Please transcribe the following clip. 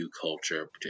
culture